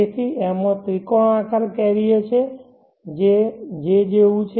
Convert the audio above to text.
તેથી તેમાં ત્રિકોણાકાર કેરીઅર છે જે જેવું છે